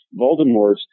Voldemort's